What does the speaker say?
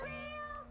Real